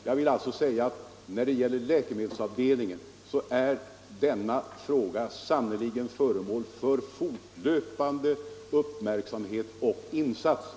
Jag vill alltså understryka att läkemedelsavdelningen sannerligen är föremål för fortlöpande uppmärksamhet och insatser.